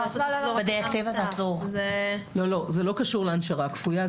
זה לא קשור להנשרה כפויה.